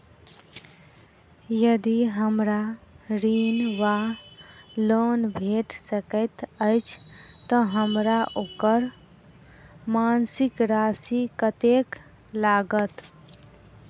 यदि हमरा ऋण वा लोन भेट सकैत अछि तऽ हमरा ओकर मासिक राशि कत्तेक लागत?